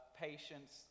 patience